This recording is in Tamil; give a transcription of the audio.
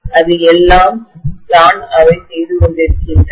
அது எல்லாம் தான் அவை செய்து கொண்டிருக்கின்றன